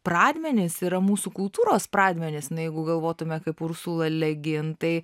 pradmenys yra mūsų kultūros pradmenys na jeigu galvotume kaip rusų lalegintai